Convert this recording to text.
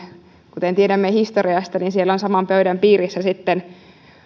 kuten tiedämme historiasta niin siellä on saman pöydän piirissä sitten